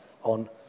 On